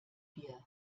wir